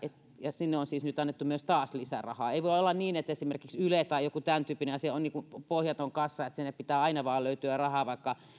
ja sinne on siis nyt taas annettu lisää rahaa ei voi olla niin että esimerkiksi yle tai joku tämäntyyppinen asia on niin kuin pohjaton kassa että sinne pitää aina vain löytyä rahaa vaikka